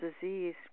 disease